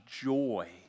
joy